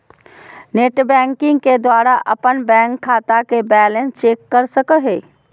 net banking के द्वारा अपन बैंक खाता के बैलेंस चेक कर सको हो